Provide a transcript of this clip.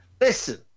Listen